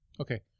Okay